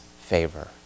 favor